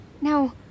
Now